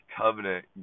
covenant